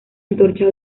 antorcha